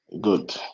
Good